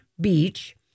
Beach